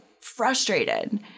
frustrated